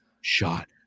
shot